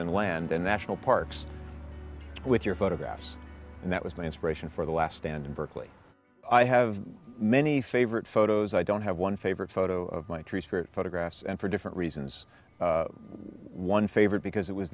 and land a national parks with your photographs and that was my inspiration for the last stand in berkeley i have many favorite photos i don't have one favorite photo of my trees for photographs and for different reasons one favorite because it was